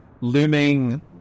looming